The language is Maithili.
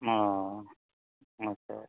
ओ अच्छा